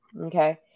Okay